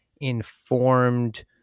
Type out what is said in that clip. informed